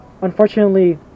unfortunately